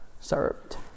served